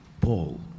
Paul